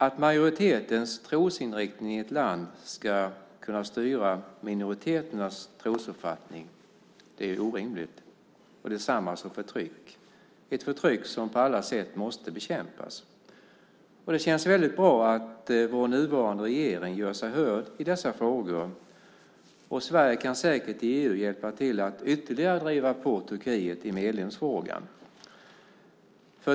Att majoritetens trosinriktning i ett land ska kunna styra minoriteternas trosuppfattning är orimligt. Det är detsamma som förtryck, ett förtryck som på alla sätt måste bekämpas. Det känns väldigt bra att vår nuvarande regering gör sig hörd i dessa frågor. Sverige kan säkert i EU hjälpa till att ytterligare driva på Turkiet i medlemsfrågan.